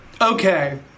okay